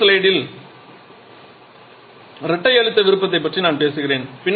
அடுத்த ஸ்லைடில் இரட்டை அழுத்த விருப்பத்தைப் பற்றி நான் பேசுகிறேன்